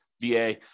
VA